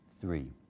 Three